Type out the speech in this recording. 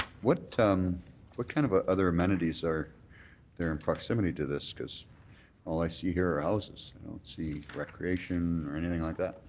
what um what kind of ah other amenities are there in proximity to this? because all i see here are houses. i don't see recreation or anything like that.